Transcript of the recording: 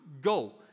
go